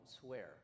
swear